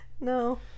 No